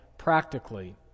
practically